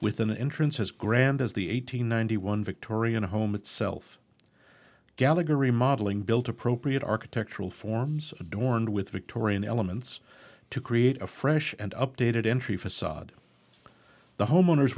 with an entrance as grand as the eight hundred ninety one victorian home itself gallagher remodelling built appropriate architectural forms adorned with victorian elements to create a fresh and updated entry facade the homeowners